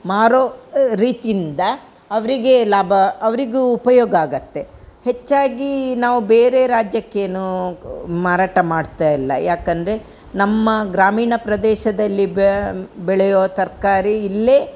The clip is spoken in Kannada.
ಮಾರುವ ರೀತಿಯಿಂದ ಅವರಿಗೆ ಲಾಭ ಅವರಿಗೂ ಉಪಯೋಗ ಆಗುತ್ತೆ ಹೆಚ್ಚಾಗಿ ನಾವು ಬೇರೆ ರಾಜ್ಯಕ್ಕೇನು ಮಾರಾಟ ಮಾಡ್ತಾಯಿಲ್ಲ ಯಾಕೆಂದ್ರೆ ನಮ್ಮ ಗ್ರಾಮೀಣ ಪ್ರದೇಶದಲ್ಲಿ ಬೆ ಬೆಳೆಯೋ ತರಕಾರಿ ಇಲ್ಲೇ